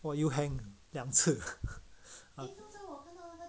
我又 hang 两次